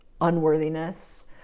unworthiness